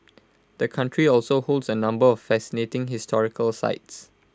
the country also holds A number of fascinating historical sites